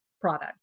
product